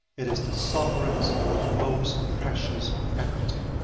it is the sovereign's most precious faculty.